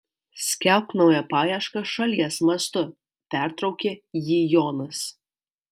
skelbk naują paiešką šalies mastu pertraukė jį jonas